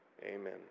Amen